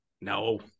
No